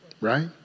Right